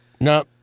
No